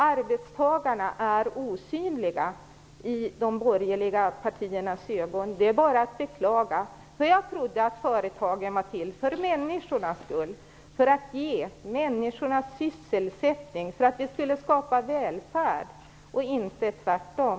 Arbetstagarna är osynliga i de borgerliga partiernas ögon. Det är bara att beklaga. Jag trodde att företagen var till för människornas skull, för att ge människorna sysselsättning, för att de skulle skapa välfärd och inte tvärtom.